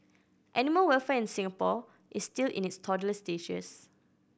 animal welfare in Singapore is still in its toddler stages